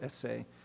essay